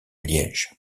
liège